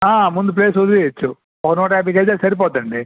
ముందు ప్లేసు వదిలేయవచ్చు ఒక నూట యాభై గజాలు సరిపోతుందండీ